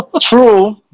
True